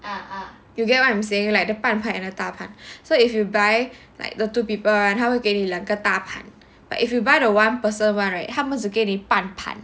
you get what I am saying like the 半盘 and the 大盘 so if you buy like the two people [one] 他会给你两个大盘 but if you buy the one person [one] right 他们只给你半盘